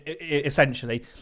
essentially